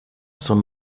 son